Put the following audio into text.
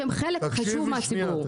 שהם חלק חשוב מהציבור.